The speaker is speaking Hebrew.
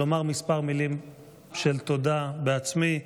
לומר כמה מילים של תודה בעצמי,